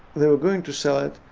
they were going to sell it.